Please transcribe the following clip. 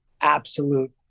absolute